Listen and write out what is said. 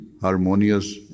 harmonious